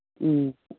ꯎꯝ